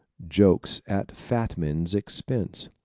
jokes at fat men's expense